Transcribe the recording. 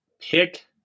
pick